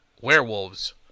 werewolves